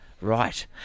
Right